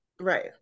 Right